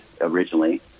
originally